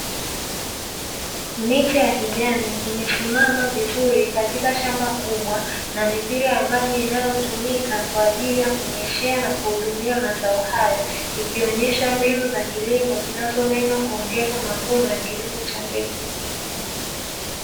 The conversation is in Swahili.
Miche ya kijani imesimama vizuri katika shamba kubwa na mipira ya maji inayotumika kwa ajili ya kunyeshea na kuhudumia mazao hayo. Ikionyesha mbinu za kilimo zinazolenga kuongeza mavuno ya kilimo cha la mbegu.